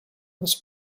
this